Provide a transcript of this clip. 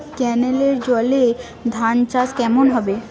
কেনেলের জলে ধানচাষ কেমন হবে?